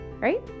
right